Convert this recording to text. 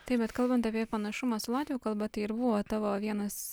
taip bet kalbant apie panašumą su latvių kalba tai ir buvo tavo vienas